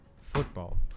football